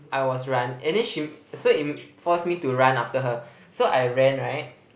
I was run and then she m~ force me to run after her so I ran right